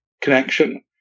connection